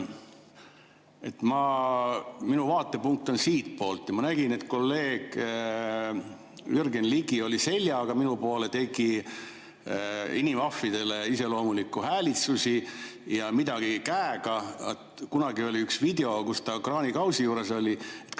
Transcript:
juhataja! Minu vaatepunkt on siitpoolt ja ma nägin, et kolleeg Jürgen Ligi oli seljaga minu poole, tegi inimahvidele iseloomulikke häälitsusi ja midagi käega. Kunagi oli üks video, kus ta kraanikausi juures oli.